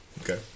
Okay